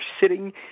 sitting